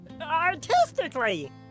Artistically